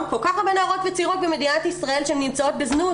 כל כך הרבה נערות וצעירות במדינת ישראל שנמצאות בזנות,